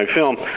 film